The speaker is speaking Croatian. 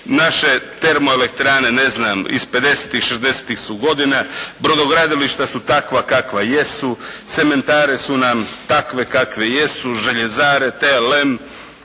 Naše termoelektrane ne znam iz pedesetih, šezdesetih su godina, brodogradilišta su takva kakva jesu, cementare su nam takve kakve jesu, željezare, TLM,